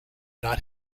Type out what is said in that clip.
not